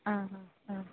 आं आं आं